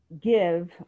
give